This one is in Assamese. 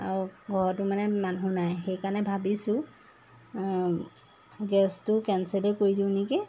ঘৰতো মানে মানুহ নাই সেইকাৰণে ভাবিছোঁ গেছটো কেঞ্চেলে কৰি দিওঁ নেকি